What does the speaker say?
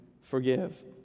forgive